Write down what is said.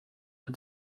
who